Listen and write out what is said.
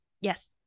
Yes